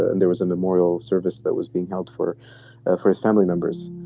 and there was a memorial service that was being held for ah for his family members.